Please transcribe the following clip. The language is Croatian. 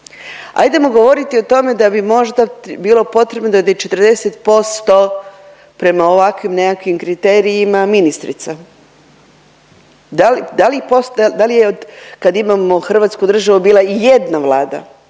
Ajdemo govoriti o tome da bi možda bilo potrebno da bi 40% prema ovakvim nekakvim kriterijima ministrica. Da li, da li postoje, da li je od kad imamo hrvatsku državu bila i jedna vlada,